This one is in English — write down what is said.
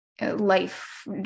life